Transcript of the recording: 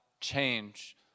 change